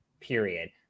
period